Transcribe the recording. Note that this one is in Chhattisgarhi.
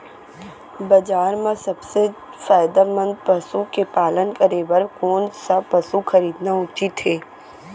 बजार म सबसे फायदामंद पसु के पालन करे बर कोन स पसु खरीदना उचित हे?